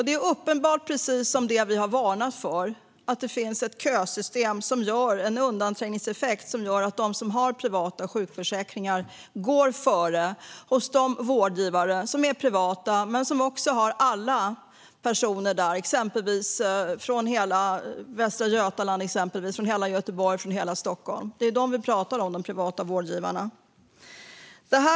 Det är uppenbart precis på det sätt som vi har varnat för, nämligen att det finns ett kösystem och en undanträngningseffekt som gör att de som har privata sjukförsäkringar går före hos de privata vårdgivare som också tar emot alla andra från exempelvis hela Västra Götaland, Göteborg eller Stockholm. Det är dessa privata vårdgivare vi talar om.